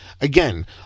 again